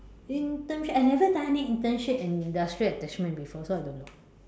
internship I haven't done any internship and industrial attachment before so I don't know